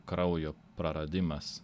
kraujo praradimas